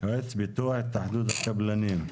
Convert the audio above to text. יועץ ביטוח מהתאחדות הקבלנים.